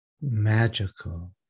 magical